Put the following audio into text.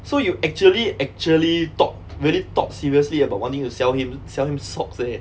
so you actually actually thought really thought seriously about wanting to sell him sell him socks leh